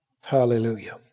Hallelujah